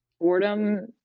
boredom